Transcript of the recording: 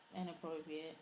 inappropriate